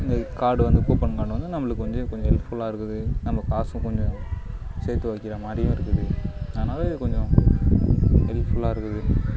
இந்த கார்டு வந்து coupon card வந்து நம்மளுக்கு கொஞ்சம் கொஞ்சம் ஹெல்ப்ஃபுல்லாக இருக்குது நம்ம காசும் கொஞ்சம் சேர்த்து வைக்கிற மாதிரியும் இருக்குது அதனால் இது கொஞ்சம் ஹெல்ப்ஃபுல்லாக இருக்குது